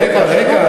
אם כן, רבותי,